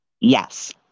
Yes